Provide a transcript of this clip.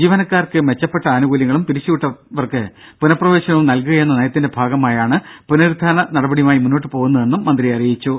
ജീവനക്കാർക്ക് മെച്ചപ്പെട്ട ആനുകൂല്യങ്ങളും പിരിച്ചുവിട്ടവർക്ക് പുനപ്രവേശനവും നൽകുകയെന്ന നയത്തിന്റെ ഭാഗമായാണ് പുനരുദ്ധാരണ നടപടിയുമായി മുന്നോട്ട് പോകുന്നതെന്നും മന്ത്രി അറിയിച്ചു